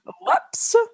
Whoops